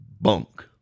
bunk